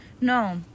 no